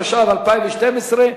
התשע"ב 2012,